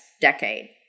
decade